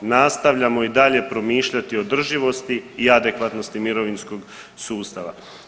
Nastavljamo i dalje promišljati o održivosti i adekvatnosti mirovinskog sustava.